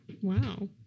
Wow